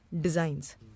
designs